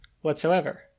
whatsoever